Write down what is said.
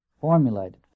Formulated